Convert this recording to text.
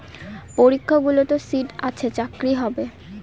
পরীক্ষাগুলোতে সিট আছে চাকরি হবে